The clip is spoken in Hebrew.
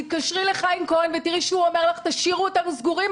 תתקשרי לחיים כהן ותראי שהוא אומר לך: תשאירו אותנו סגורים,